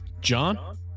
John